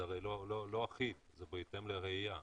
זה הרי לא אחיד אלא זה בהתאם לראייה.